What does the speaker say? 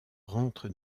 rentrent